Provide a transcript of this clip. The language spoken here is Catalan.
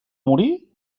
morir